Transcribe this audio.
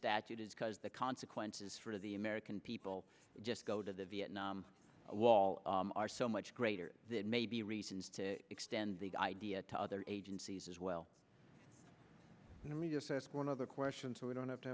statute is because the consequences for the american people just go to the vietnam wall are so much greater that maybe reasons to extend the idea to other agencies as well let me just ask one other question so we don't have to